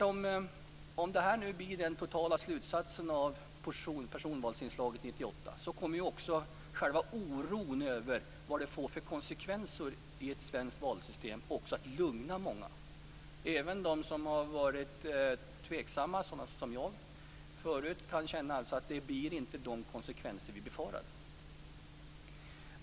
Om det här blir den totala slutsatsen av personvalsinslaget 1998 kommer också själva oron över vilka konsekvenser det får i ett svenskt valsystem att lugna många. Även de som har varit tveksamma, som jag har varit förut, kan känna att det inte blev de konsekvenser man befarade.